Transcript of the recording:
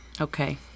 Okay